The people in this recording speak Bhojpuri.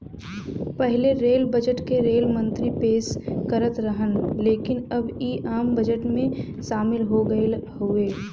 पहिले रेल बजट क रेल मंत्री पेश करत रहन लेकिन अब इ आम बजट में शामिल हो गयल हउवे